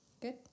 good